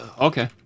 Okay